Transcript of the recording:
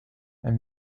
elle